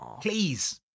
Please